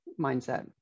mindset